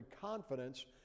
confidence